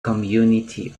community